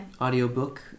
audiobook